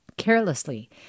carelessly